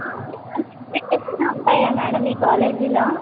fee reimbursement ఉంటాయా madam మీ కాలేజీలో